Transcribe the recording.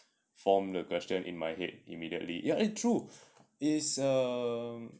form the question in my head immediately ya eh true it's err